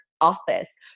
office